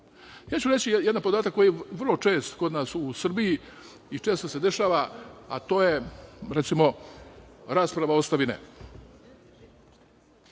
ću jedan podatak koji je vrlo čest kod nas u Srbiji i često se dešava, a to je, recimo, rasprava ostavine.